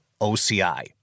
OCI